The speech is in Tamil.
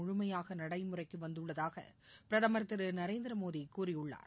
முழுமையாகநடைமுறைக்குவந்துள்ளதாகபிரதமர் திருநரேந்திரமோடிகூறியுள்ளார்